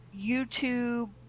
YouTube